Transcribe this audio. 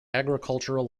agricultural